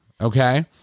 Okay